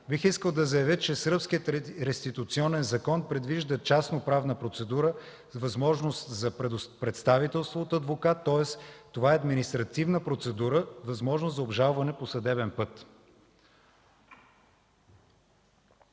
бих искал да заявя, че сръбският реституционен закон предвижда частно-правна процедура и възможност за представителство от адвокат, тоест това е административна процедура с възможност за обжалване по съдебен път.